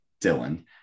Dylan